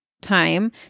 time